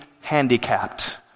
handicapped